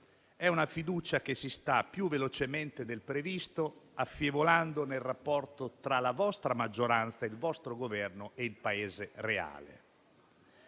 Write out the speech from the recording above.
il Paese reale, si sta più velocemente del previsto affievolendo nel rapporto tra la vostra maggioranza, il vostro Governo e il Paese reale.